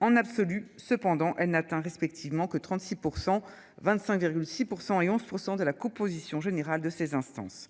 en absolu, cependant elle n'atteint respectivement que 36 pour 125,6% et 11% de la composition générale de ces instances.